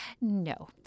no